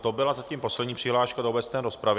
To byla zatím poslední přihláška do obecné rozpravy.